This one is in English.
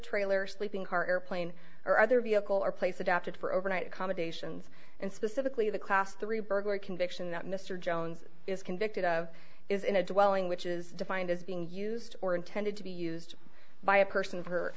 trailer sleeping car airplane or other vehicle or place adapted for overnight accommodations and specifically the class three burglary conviction that mr jones is convicted of is in a dwelling which is defined as being used or intended to be used by a person